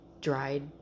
dried